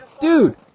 Dude